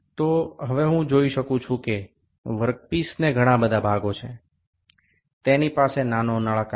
সুতরাং আমি দেখতে পাচ্ছি এখন আপনি জানেন যে এইটির বিভিন্ন অংশ রয়েছে